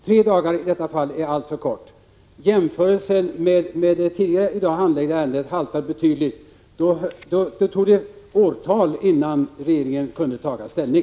Tre dagar är alltför kort tid i detta fall. Jämförelsen med det tidigare i dag handlagda ärendet haltar betydligt. Då dröjde det åratal innan regeringen kunde ta ställning.